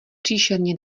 příšerně